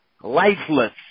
lifeless